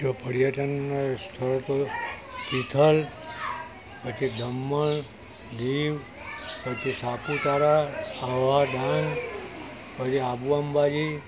જો પર્યટન સ્થળો કઉ તિથલ પછી દમણ દીવ પછી સાપુતારા આવા ધામ પછી આબુ અંબાજી